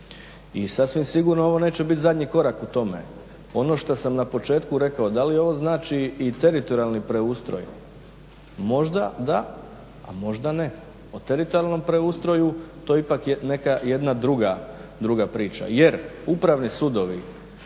i sasvim sigurno ovo neće biti zadnji korak u tome. Ono što sam na početku rekao, da li ovo znači i teritorijalni preustroj, možda da, a možda ne. O teritorijalnom preustroju to ipak je jedna druga priča jer upravni sudovi,